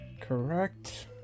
correct